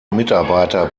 mitarbeiter